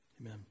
Amen